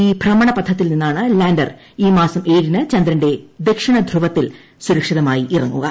ഈ ഭ്രമണപഥത്തിൽ നിന്നാണ് ലാൻഡർ ഇൌ മാസം ഏഴിന് ചന്ദ്രന്റെ ദക്ഷിണ ധ്രുവത്തിൽ സുരക്ഷിതമായി ഇാങ്ങുക്